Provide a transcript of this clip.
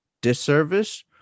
disservice